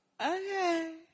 Okay